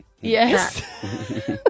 Yes